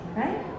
right